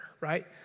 right